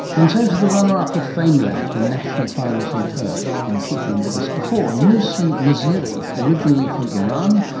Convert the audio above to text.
and so to the runner-up of famelab, the national finals in perth, and she has been with us before, noushin nasiri, originally from iran,